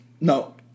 No